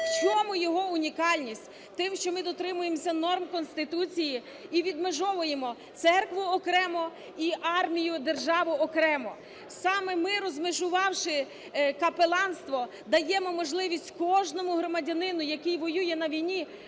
В чому його унікальність? В тім, що ми дотримуємося норм Конституції і відмежовуємо Церкву окремо і армію, державу окремо. Саме ми, розмежувавши капеланство, даємо можливість кожному громадянину, який воює на війні,